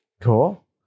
Cool